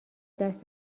دست